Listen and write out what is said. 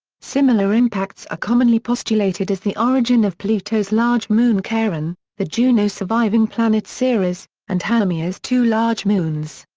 similar impacts are commonly postulated as the origin of pluto's large moon charon, the juno surviving planet ceres, and haumea's two large moons.